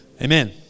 Amen